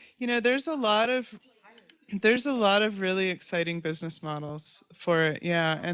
you know, there's a lot of there's a lot of really exciting business models for, yeah. and